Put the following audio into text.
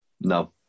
No